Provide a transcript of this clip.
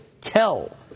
tell